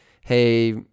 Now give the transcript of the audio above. hey